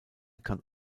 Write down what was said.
kann